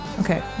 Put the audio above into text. Okay